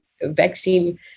vaccine